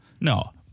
No